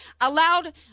allowed